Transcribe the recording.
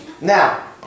now